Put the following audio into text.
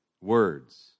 words